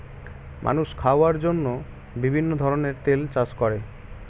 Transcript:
মানুষ খাওয়ার জন্য বিভিন্ন ধরনের তেল চাষ করে